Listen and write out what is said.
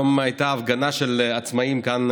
היום הייתה הפגנה של העצמאים כאן,